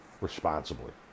responsibly